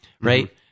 right